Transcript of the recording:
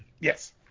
Yes